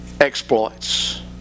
exploits